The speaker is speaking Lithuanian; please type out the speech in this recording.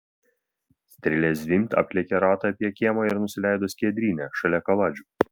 strėlė zvimbt aplėkė ratą apie kiemą ir nusileido skiedryne šalia kaladžių